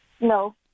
No